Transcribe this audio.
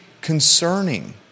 concerning